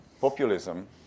populism